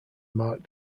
marked